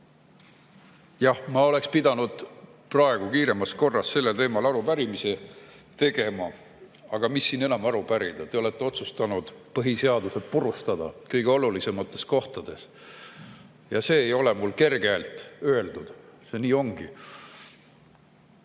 Jah, ma oleksin pidanud praegu kiiremas korras sellel teemal arupärimise tegema, aga mis siin enam aru pärida? Te olete otsustanud põhiseaduse purustada kõige olulisemates kohtades. Ja seda ma ei ütle kergelt. See nii ongi.